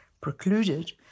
precluded